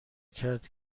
کرد